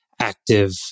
active